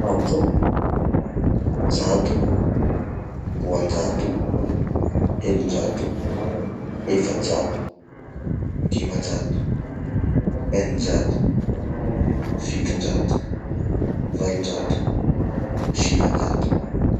Aotra, zato, roanjato, telonjato, efajato, dimanjato, eninjato, fitonjato, valonjato, sivanjato.